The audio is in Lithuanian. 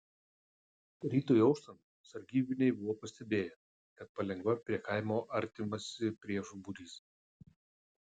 rytui auštant sargybiniai buvo pastebėję kad palengva prie kaimo artinasi priešų būrys